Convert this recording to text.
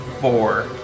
four